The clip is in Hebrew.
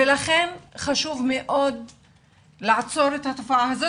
לכן חשוב מאוד לעצור את התופעה הזאת